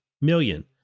Million